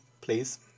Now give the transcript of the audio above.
please